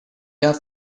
have